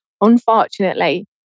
unfortunately